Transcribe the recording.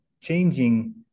changing